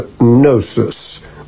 gnosis